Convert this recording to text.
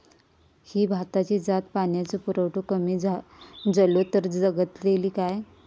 ही भाताची जात पाण्याचो पुरवठो कमी जलो तर जगतली काय?